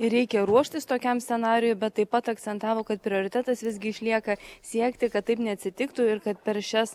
ir reikia ruoštis tokiam scenarijui bet taip pat akcentavo kad prioritetas visgi išlieka siekti kad taip neatsitiktų ir kad per šias